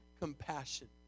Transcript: compassion